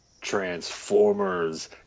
Transformers